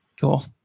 Cool